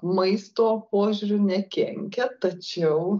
maisto požiūriu nekenkia tačiau